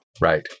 Right